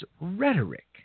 rhetoric